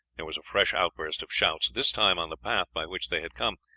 there was a fresh outburst of shouts, this time on the path by which they had come.